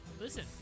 listen